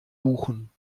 buchen